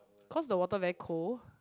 cause the water very cold